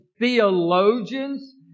theologians